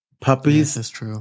Puppies